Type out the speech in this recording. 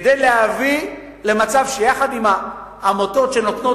כדי להביא למצב שיחד עם העמותות שנותנות